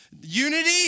Unity